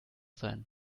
sein